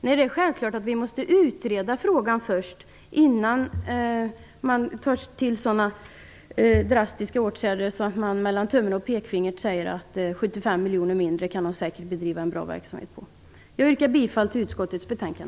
Nej, det är självklart att vi måste utreda frågan innan vi tar till sådana drastiska åtgärder som att mellan tummen och pekfingret säga att SMHI med 75 miljoner kronor mindre säkert ändå kan driva en bra verksamhet. Jag yrkar bifall till utskottets hemställan.